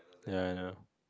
ya I know